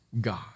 God